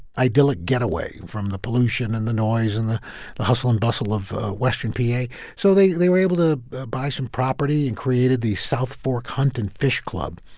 idyllic getaway from the pollution, and the noise and the the hustle and bustle of western pa, so they they were able to buy some property and created the south fork hunt and fish club.